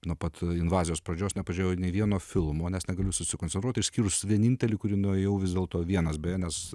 nuo pat invazijos pradžios nepažiūrėjau nė vieno filmo nes negaliu susikoncentruot išskyrus vienintelį į kurį nuėjau vis dėlto vienas beje nes